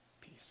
peace